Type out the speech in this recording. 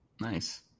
Nice